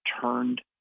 turned